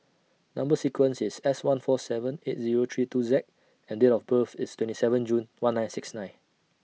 Number sequence IS S one four seven eight Zero three two Z and Date of birth IS twenty seven June one nine six nine